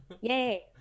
Yay